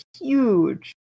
huge